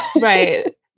right